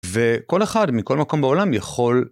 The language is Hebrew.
וכל אחד מכל מקום בעולם יכול.